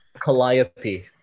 Calliope